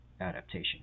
adaptation